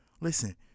Listen